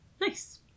Nice